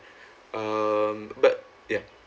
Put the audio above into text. um but ya